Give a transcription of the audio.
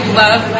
love